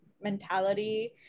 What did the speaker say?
mentality